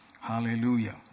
hallelujah